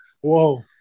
whoa